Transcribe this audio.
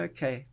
Okay